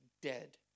dead